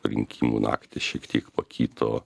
rinkimų naktį šiek tiek pakito